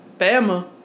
Bama